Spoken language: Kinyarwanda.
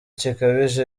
gikabije